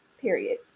period